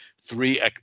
Three